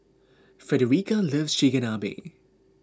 Fredericka loves Chigenabe